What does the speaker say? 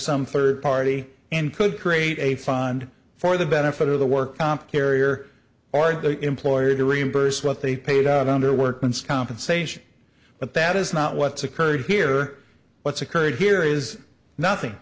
some third party and could create a fund for the benefit of the work comp carrier or an employer to reimburse what they paid out on their workman's compensation but that is not what's occurred here what's occurred here is nothing